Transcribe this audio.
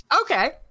Okay